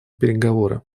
переговоры